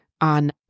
on